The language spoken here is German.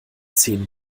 zehn